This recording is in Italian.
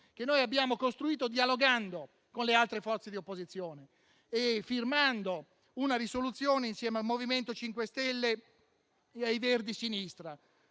che abbiamo costruito dialogando con le altre forze di opposizione e firmando una risoluzione insieme al MoVimento 5 Stelle e all'Alleanza Verdi e Sinistra,